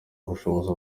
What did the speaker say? ubushobozi